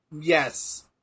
Yes